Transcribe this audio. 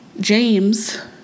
james